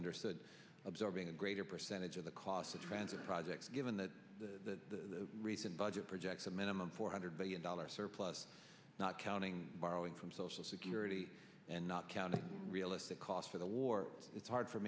understood absorbing a greater percentage of the cost to transit projects given that the recent budget projects a minimum four hundred billion dollars surplus not counting borrowing from social security and not counting the cost of the war it's hard for